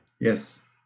Yes